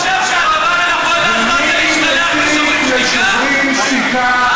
אתה לא חושב שהדבר הנכון לעשות זה להשתלח ב"שוברים שתיקה"?